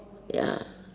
ya